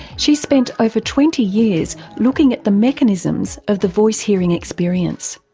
she's spent over twenty years looking at the mechanisms of the voice-hearing experience.